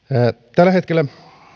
tällä hetkellä